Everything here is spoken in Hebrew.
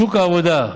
שוק העבודה,